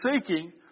seeking